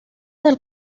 del